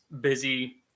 busy